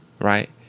Right